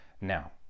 now